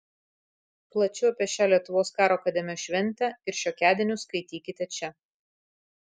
plačiau apie šią lietuvos karo akademijos šventę ir šiokiadienius skaitykite čia